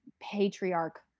patriarch